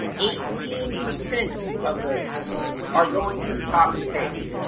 eighteen percent of those are going to the top of the page.